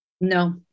no